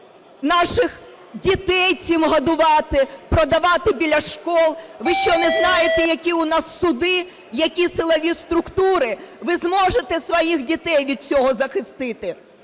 наших дітей цим годувати, продавати біля шкіл. Ви що не знаєте, які у нас суди, які силові структури? Ви зможете своїх дітей від цього захистити?